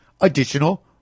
additional